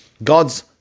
God's